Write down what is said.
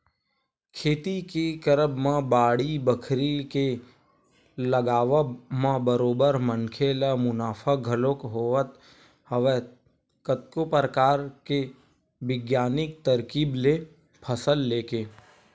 खेती के करब म बाड़ी बखरी के लगावब म बरोबर मनखे ल मुनाफा घलोक होवत हवय कतको परकार के बिग्यानिक तरकीब ले फसल लेके